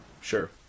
Sure